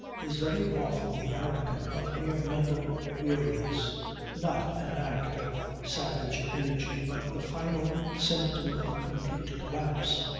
is very often the outcome of mere mental weariness not an act of savage energy but the final symptom of complete collapse.